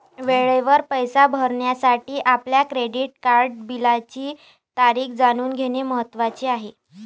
वेळेवर पैसे भरण्यासाठी आपल्या क्रेडिट कार्ड बिलाची तारीख जाणून घेणे महत्वाचे आहे